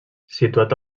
situat